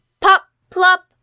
Pop-plop